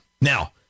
Now